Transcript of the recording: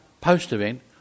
post-event